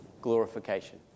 glorification